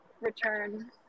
return